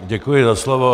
Děkuji za slovo.